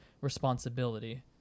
responsibility